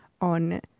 on